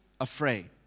afraid